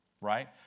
right